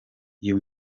you